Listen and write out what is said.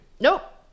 Nope